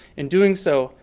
in doing so,